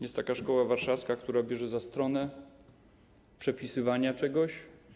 Jest taka szkoła warszawska, która bierze za stronę przepisywania czegoś.